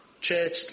Church